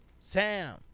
Sam